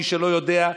מי שלא יודע,